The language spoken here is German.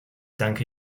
danke